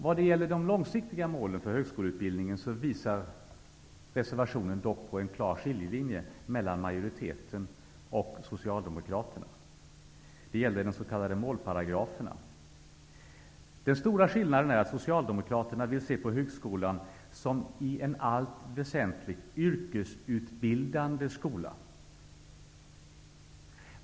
Vad gäller de långsiktiga målen för högskoleutbildningen visar reservationen dock på en klar skiljelinje mellan majoriteten och Socialdemokraterna. Det gäller de s.k. målparagraferna. Den stora skillnaden är att Socialdemokraterna vill se på högskolan som en i allt väsentligt yrkesutbildande skola.